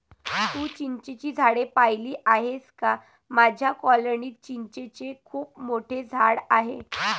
तू चिंचेची झाडे पाहिली आहेस का माझ्या कॉलनीत चिंचेचे खूप मोठे झाड आहे